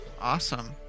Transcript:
Awesome